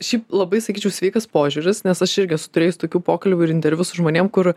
šiaip labai sakyčiau sveikas požiūris nes aš irgi esu turėjus tokių pokalbių ir intervių su žmonėm kur